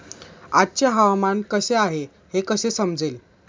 आजचे हवामान कसे आहे हे कसे समजेल?